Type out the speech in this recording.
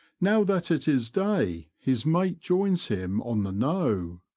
now that it is day his mate joins him on the knowe.